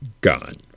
gone